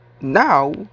now